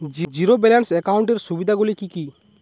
Zero balance একাউন্টের সুবিধা গুলি কি কি?